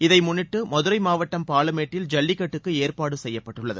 இதை முன்னிட்டு மதுரை மாவட்டம் பாலமேட்டில் ஜல்லிக்கட்டுக்கு ஏற்பாடு செய்யப்பட்டுள்ளது